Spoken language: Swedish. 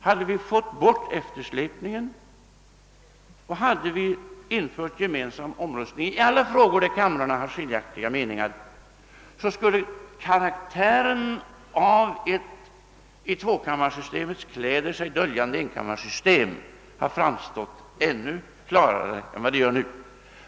Hade vi fått bort eftersläpningen och infört gemensam omröstning i alla frågor där kamrarna har skiljaktiga meningar skulle karaktären av ett i tvåkammarsystemets kläder sig döljande enkammarsystem ha framträtt ännu klarare än nu.